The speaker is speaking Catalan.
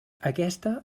aquesta